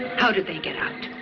how did they get out?